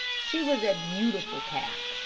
she was a beautiful cat,